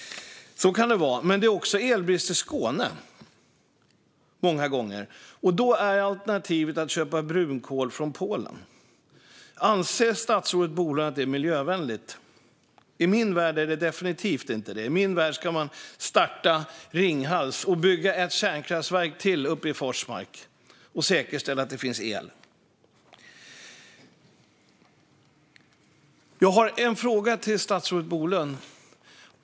Så kan det vara. Men det är många gånger också elbrist i Skåne. Där är alternativet att köpa el producerad av brunkol från Polen. Anser statsrådet Bolund att det är miljövänligt? I min värld är det definitivt inte så. I min värld ska man starta Ringhals och bygga ytterligare ett kärnkraftverk i Forsmark och säkerställa att det finns el. Jag har ett par frågor till statsrådet Bolund.